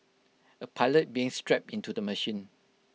A pilot being strapped into the machine